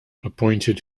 appointed